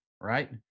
right